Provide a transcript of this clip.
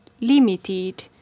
limited